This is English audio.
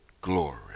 glory